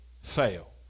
fail